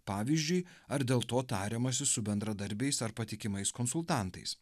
pavyzdžiui ar dėl to tariamasi su bendradarbiais ar patikimais konsultantais